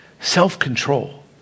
self-control